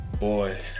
Boy